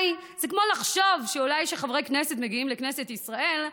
זה כמו לחשוב שאולי כשחברי כנסת מגיעים לכנסת ישראל,